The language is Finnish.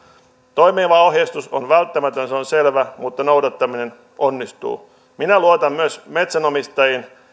toimiva ohjeistus on välttämätön se on selvä mutta noudattaminen onnistuu minä luotan myös metsänomistajiin